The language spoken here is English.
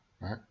right